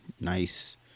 Nice